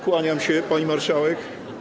Kłaniam się, pani marszałek.